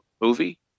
movie